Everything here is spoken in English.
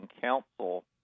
Council